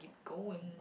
go in